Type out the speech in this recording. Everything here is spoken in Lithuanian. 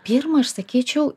pirma aš sakyčiau